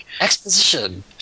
Exposition